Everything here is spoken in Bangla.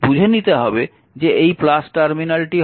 বুঝে নিতে হবে যে এই এই টার্মিনালটি হবে